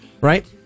right